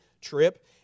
trip